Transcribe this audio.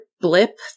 blip